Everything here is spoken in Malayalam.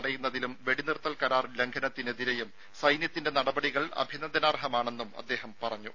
കടന്നുള്ള തടയുന്നതിലും വെടി നിർത്തൽ കരാർ ലംഘനത്തിനെതിരെയും സൈന്യത്തിന്റെ നടപടികൾ അഭിനന്ദനാർഹമാണെന്നും അദ്ദേഹം പറഞ്ഞു